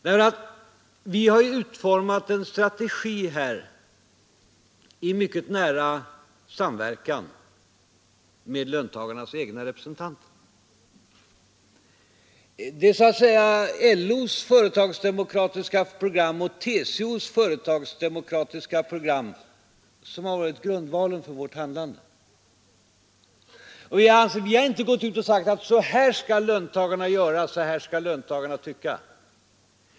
Vi har nämligen utformat en strategi här i mycket nära samverkan med löntagarnas egna representanter. LO:s företagsdemokratiska program och TCO:s företagsdemokratiska program har så att säga varit grundvalen för vårt handlande. Vi har inte gått ut och sagt: Så här skall löntagarna göra, så här skall löntagarna tycka!